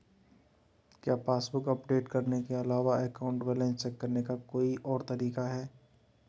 क्या passbook update करने के अलावा अकाउंट बैलेंस चेक करने का कोई और तरीका है?